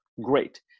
Great